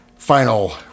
Final